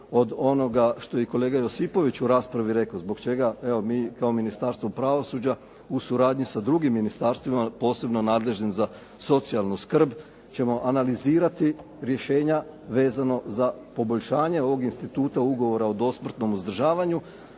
od onoga što je kolega Josipović u raspravi rekao, zbog čega evo mi kao Ministarstvom pravosuđa u suradnji sa drugim ministarstvima posebno nadležnim za socijalnu skrb ćemo analizirati rješenja vezano za poboljšanje ovog instituta ugovora o dosmrtnom uzdržavanju,